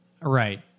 Right